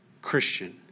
Christian